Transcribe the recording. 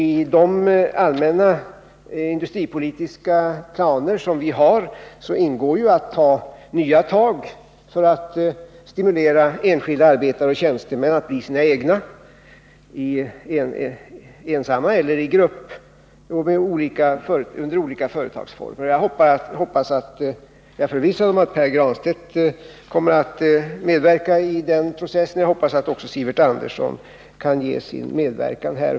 I de allmänna industripolitiska planer som vi har ingår att ta nya tag för att stimulera enskilda arbetare och tjänstemän att bli sina egna, ensamma eller i grupp, och i olika företagsformer. Jag är förvissad om att Pär Granstedt kommer att medverka i den processen, och jag hoppas att också Sivert Andersson kommer att kunna ge sin medverkan här.